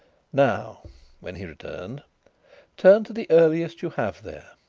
now when he returned turn to the earliest you have there.